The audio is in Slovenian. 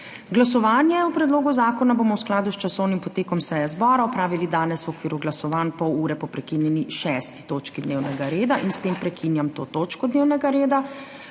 Glasovanje o predlogu zakona bomo v skladu s časovnim potekom seje zbora opravili danes v okviru glasovanj, pol ure po prekinjeni 6. točki dnevnega reda. S tem prekinjam to točko dnevnega reda.